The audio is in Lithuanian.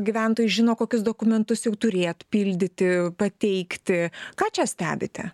gyventojai žino kokius dokumentus jau turėtų pildyti pateikti ką čia stebite